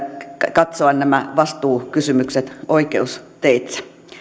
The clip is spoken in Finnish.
katsoa nämä vastuukysymykset oikeusteitse